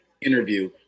interview